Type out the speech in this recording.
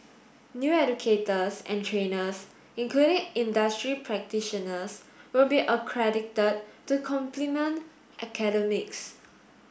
new educators and trainers including industry practitioners will be accredited to complement academics